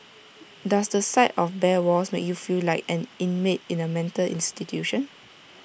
does the sight of bare walls make you feel like an inmate in A mental institution